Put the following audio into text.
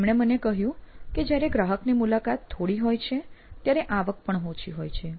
તો તેમણે મને કહ્યું કે જયારે ગ્રાહકની મુલાકાત થોડી હોય છે ત્યારે આવક પણ ઓછી હોય છે